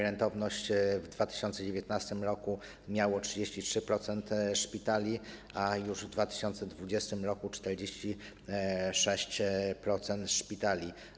Rentowność w 2019 r. miało 33% szpitali, a w 2020 r. - już 46% szpitali.